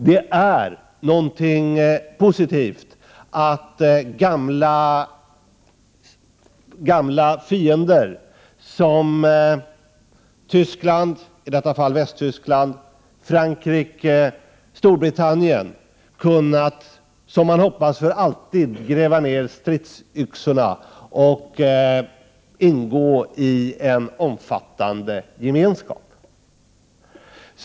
Det är någonting positivt att gamla fiender som Västtyskland, Frankrike och Storbritannien kunnat, som man hoppas för alltid, gräva ner stridsyxorna och ingå i en omfattande gemenskap.